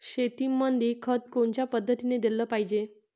शेतीमंदी खत कोनच्या पद्धतीने देलं पाहिजे?